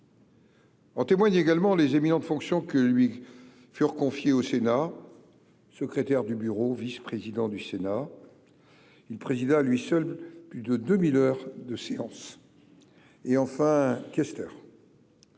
En témoignent également les éminentes fonctions qui lui furent confiées au Sénat : secrétaire du bureau, vice-président du Sénat, questeur. Il présida à lui seul plus de 2 000 heures de séance. En témoignent